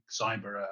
cyber